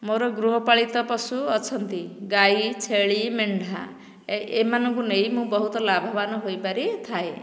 ମୋର ଗୃହ ପାଳିତ ପଶୁ ଅଛନ୍ତି ଗାଈ ଛେଳି ମେଣ୍ଢା ଏମାନଙ୍କୁ ନେଇ ମୁଁ ବହୁତ ଲାଭ ବାନ ହୋଇ ପାରି ଥାଏ